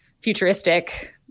futuristic